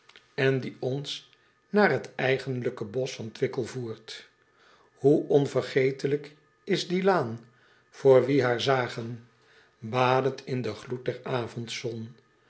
en die ons naar het eigenlijk bosch van wickel voert oe onvergetelijk is die laan voor wie haar zagen badend in den gloed der avondzon